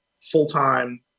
full-time